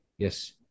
yes